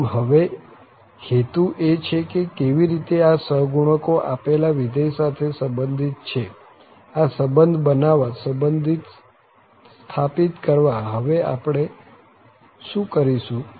આમ હવે હેતુ એ છે કે કેવી રીતે આ સહગુણકો આપેલા વિધેય સાથે સંબંધિત છે આ સંબંધ બનાવવા સંબંધ સ્થાપિત કરવા હવે આપણે શું કરીશું